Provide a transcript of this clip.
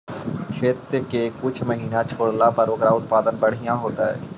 खेत के कुछ महिना छोड़ला पर ओकर उत्पादन बढ़िया जैतइ?